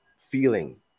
feeling